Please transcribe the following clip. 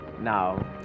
Now